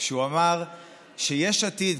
כשהוא אמר שיש עתיד,